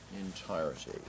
entirety